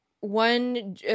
one